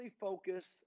focus